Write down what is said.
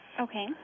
Okay